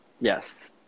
Yes